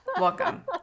Welcome